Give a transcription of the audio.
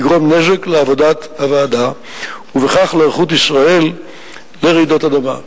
יגרום נזק לעבודת הוועדה ובכך להיערכות ישראל לרעידות אדמה.